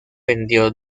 vendió